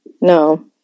no